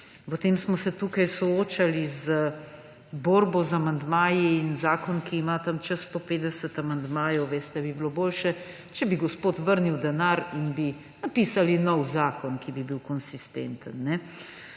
Potem smo se tukaj soočali z borbo z amandmaji. Zakon ima čez 150 amandmajev in bi bilo boljše, če bi gospod vrnil denar in bi napisali nov zakon, ki bi bil konsistenten.